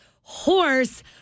Horse